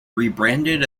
rebranded